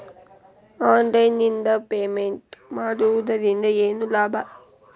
Online ನಿಂದ payment ಮಾಡುವುದರಿಂದ ಏನು ಲಾಭ?